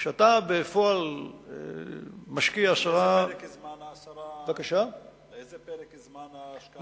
כשאתה בפועל משקיע לאיזה פרק זמן ההשקעה?